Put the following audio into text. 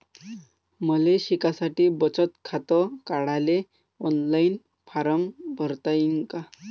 मले शिकासाठी बचत खात काढाले ऑनलाईन फारम भरता येईन का?